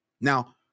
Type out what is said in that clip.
Now